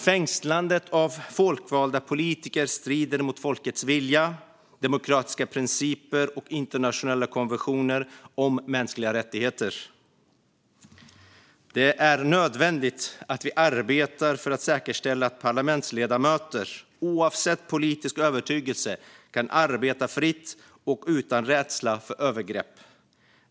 Fängslandet av folkvalda politiker strider mot folkets vilja, demokratiska principer och internationella konventioner om mänskliga rättigheter. Det är nödvändigt att vi arbetar för att säkerställa att parlamentsledamöter, oavsett politisk övertygelse, kan arbeta fritt och utan rädsla för övergrepp.